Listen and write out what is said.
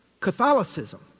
Catholicism